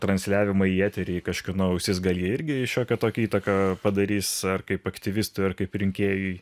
transliavimai į eterį į kažkieno ausis gal jie irgi šiokią tokią įtaką padarys ar kaip aktyvistui ir kaip rinkėjui